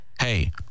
Hey